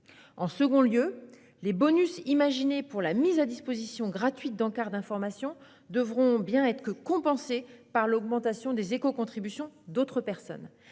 En second lieu, les bonus imaginés pour la mise à disposition gratuite d'encarts d'information devront bien être compensés par l'augmentation des écocontributions d'autres personnes.